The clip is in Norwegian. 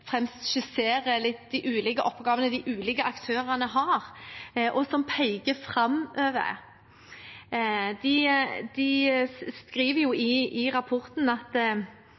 fremst skisserer litt de ulike oppgavene de ulike aktørene har, og som peker framover. De skriver i rapporten at